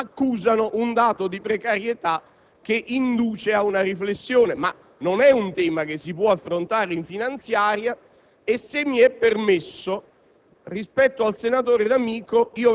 probabilmente invecchiando accusano un dato di precarietà che induce a una riflessione. Questo, però, non è un tema che si possa affrontare in finanziaria. Se mi è permesso